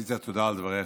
דבריך.